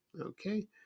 okay